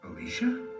Alicia